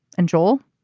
and joel,